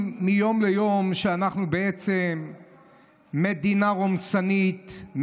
מיום ליום שאנחנו בעצם מדינה רומסנית,